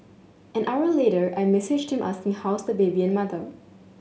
an hour later I messaged him asking how's the baby and mother